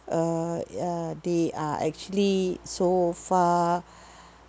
uh uh they are actually so far